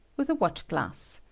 with a watch-glass.